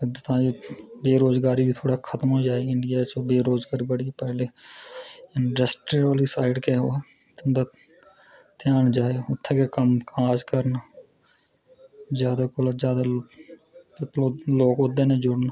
तां जे एह् बेरोज़गारी बी खत्म होई जाये इंडियां बिच बेरोज़गारी बड़ी ऐ इंडस्ट्रीयल साईड गै ओ ध्यान जाए कि उत्थें गै कम्म काज़ करना ऐ जादै कोला जादै अपने लोक ओह्दे कन्नै जुड़न